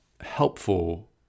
helpful